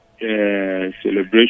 celebration